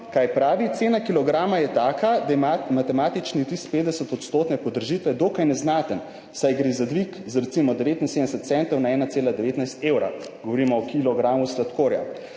kaj pravi: »Cena kilograma je taka, da ima matematični vtis 50 odstotne podražitve dokaj neznaten, saj gre za dvig za recimo 79 centov na 1,19 evra, govorimo o kilogramu sladkorja.